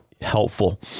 helpful